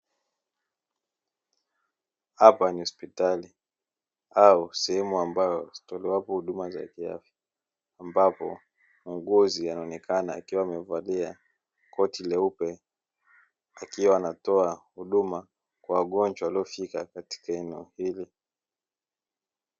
Hapa ni hospitali au sehemu ambayo zitolewapo huduma za afya ambapo muuguzi anaonekana akiwa amevalia koti leupe akiwa anatoa huduma kwa wagonjwa waliofika katika eneo hili.